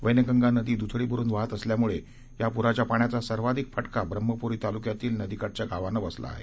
वैनगंगा नदीही द्थडी भरून वाहत असल्यामुळे या पुराच्या पाण्याचा सर्वाधिक फटका ब्रम्हपुरी तालुक्यातील नदीकाठच्या अनेक गावांना बसला आहे